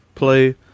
play